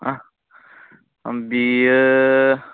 अ बेयो